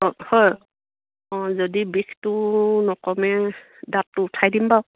অঁ হয় অঁ যদি বিষটো নকমে দাঁতটো উঠাই দিম বাৰু